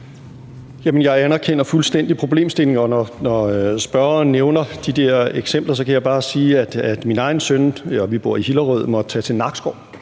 Jeg anerkender fuldstændig problemstillingen, og når spørgeren nævner de der eksempler, kan jeg bare sige, at min egen søn, og vi bor i Hillerød, måtte tage til Nakskov